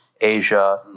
Asia